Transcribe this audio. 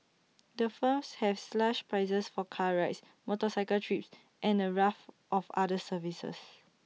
the firms have slashed prices for car rides motorcycle trips and A raft of other services